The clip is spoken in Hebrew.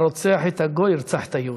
הרוצח את הגוי ירצח את היהודי.